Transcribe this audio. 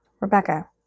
Rebecca